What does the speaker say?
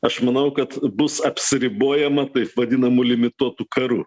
aš manau kad bus apsiribojama taip vadinamu limituotu karu